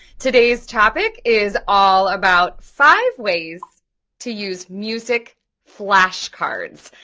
today's topic is all about five ways to use music flashcards.